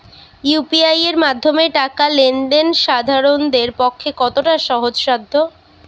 UPI এর মাধ্যমে টাকা লেন দেন সাধারনদের পক্ষে কতটা সহজসাধ্য?